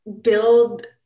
build